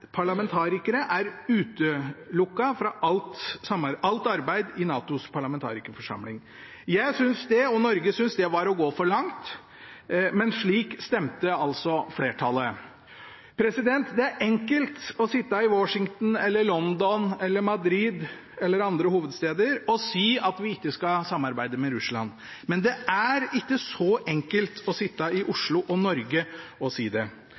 er utelukket fra alt arbeid i NATOs parlamentarikerforsamling. Jeg – og Norge – syntes det var å gå for langt, men slik stemte altså flertallet. Det er enkelt å sitte i Washington, London, Madrid eller andre hovedsteder og si at vi ikke skal samarbeide med Russland, men det er ikke så enkelt å sitte i Oslo og Norge og si det.